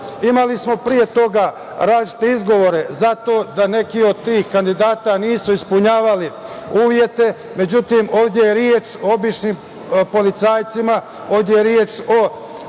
Imali smo pre toga različite izgovore za to da neki od tih kandidata nisu ispunjavali uslove, međutim, ovde je reč o običnim policajcima, ovde je reč o